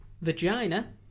vagina